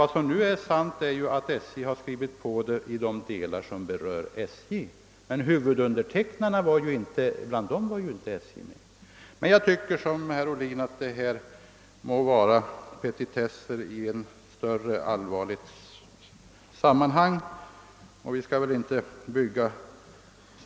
Det är sant att SJ har skrivit på överenskommelsen i de delar som den berör SJ, men SJ var inte med bland huvudundertecknarna. Jag tycker emellertid som herr Ohlin att detta må vara petitesser i ett större allvarligt sammanhang.